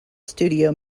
studio